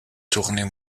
tournées